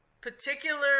particular